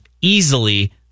easily